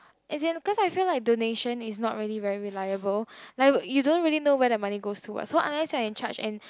as in because I feel like donation is not really very reliable like you don't really know where the money goes to what so unless you are in charge and